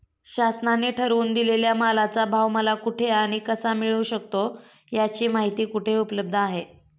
शासनाने ठरवून दिलेल्या मालाचा भाव मला कुठे आणि कसा मिळू शकतो? याची माहिती कुठे उपलब्ध आहे?